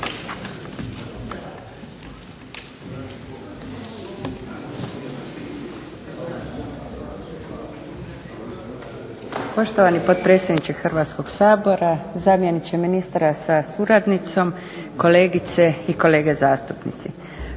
Poštovani potpredsjedniče Hrvatskoga sabora, zamjeniče ministra sa suradnicom, kolegice i kolege zastupnici.